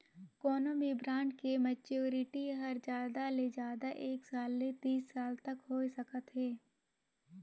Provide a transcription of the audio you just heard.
कोनो भी ब्रांड के मैच्योरिटी हर जादा ले जादा एक साल ले तीस साल तक होए सकत हे